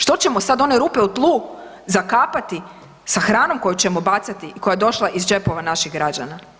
Što ćemo sad one rupe u tlu zakapati sa hranom koju ćemo bacati i koja je došla iz džepova naših građana.